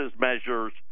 measures